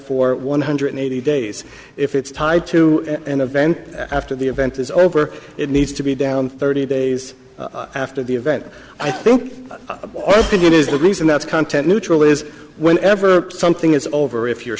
for one hundred eighty days if it's tied to an event after the event is over it needs to be down thirty days after the event i think it is the reason that's content neutral is whenever something is over if your